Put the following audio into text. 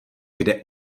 kde